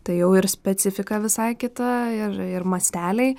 tai jau ir specifika visai kita ir ir masteliai